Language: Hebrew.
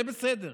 זה בסדר.